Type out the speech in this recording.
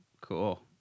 Cool